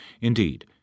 Indeed